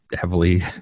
heavily